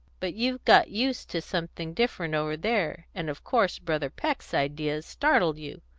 but you've got used to something different over there, and of course brother peck's ideas startled you.